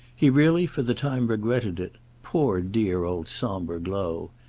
he really for the time regretted it poor dear old sombre glow!